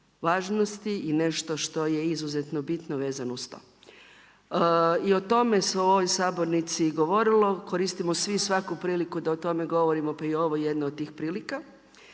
i nešto što je izuzetno bitno vezano uz to. I o tome se i u ovoj sabornici govorilo, koristimo svi svaki priliku da o tome govorimo, pa je i ovo jedna od tih prilika.